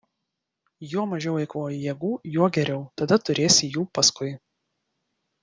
juo mažiau eikvoji jėgų juo geriau tada turėsi jų paskui